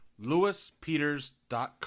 lewispeters.com